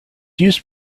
used